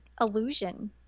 illusion